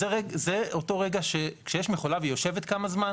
וזה אותו רגע שכשיש מכולה והיא יושבת כמה זמן